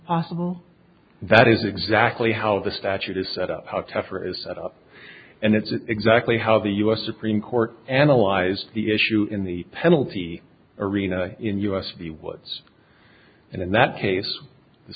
possible that is exactly how the statute is set up how tougher is set up and it's exactly how the u s supreme court analyzed the issue in the penalty arena in us the woods and in that case the